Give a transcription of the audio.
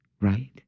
right